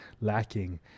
lacking